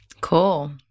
Cool